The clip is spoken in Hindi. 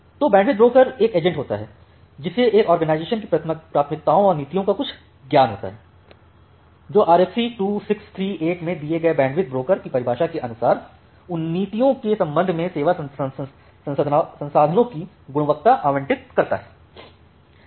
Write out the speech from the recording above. तो बैंडविड्थ ब्रोकर एक एजेंट होता है जिसे एक ऑर्गेनाइजेशन की प्राथमिकताओं और नीतियों का कुछ ज्ञान होता है जो आरएफसी 2638 में दिए गए बैंडविड्थ ब्रोकर की परिभाषा के अनुसार उन नीतियों के संबंध में सेवा संसाधनों की गुणवत्ता आवंटित करता है